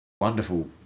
wonderful